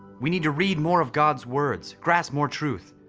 we need to read more of god's words, grasp more truth.